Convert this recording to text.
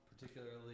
particularly